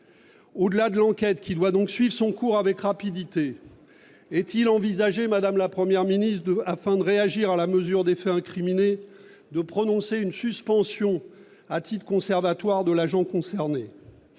Au-delà de cette enquête, qui doit suivre son cours rapidement, est-il envisagé, madame la Première ministre, afin de réagir à la mesure des faits incriminés, de prononcer une suspension à titre conservatoire de l'agent concerné ?